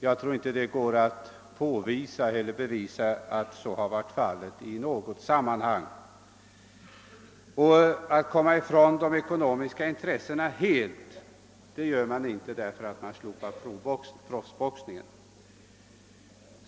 Jag tror inte att det går att påvisa, att så varit fallet i något sammanhang. Man kommer inte heller helt ifrån de ekonomiska intressena genom att förbjuda proffsboxningen.